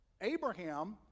Abraham